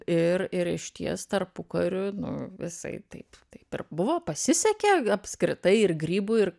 ir ir išties tarpukariu nu visai taip taip ir buvo pasisekė apskritai ir grybų ir